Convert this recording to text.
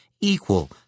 equal